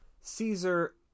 Caesar